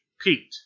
Pete